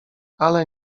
ale